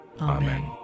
Amen